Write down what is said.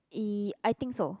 E I think so